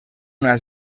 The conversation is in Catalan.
una